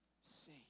see